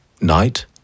night